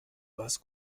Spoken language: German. was